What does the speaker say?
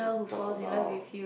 talk about